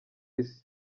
isi